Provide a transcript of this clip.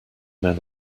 men